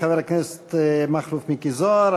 חבר הכנסת מכלוף מיקי זוהר.